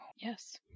Yes